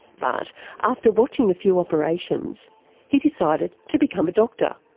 but after watching a few operations he decided to become a doctor.